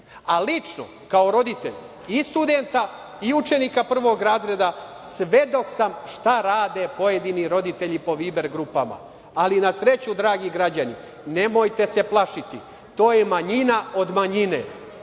16.30Lično kao roditelj i studenta i učenika prvog razreda, svedok sam šta rade pojedini roditelji po Viber grupama, ali na sreću, dragi građani, nemojte se plašiti, to je manjina od manjine,